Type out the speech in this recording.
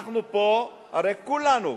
הרי כולנו,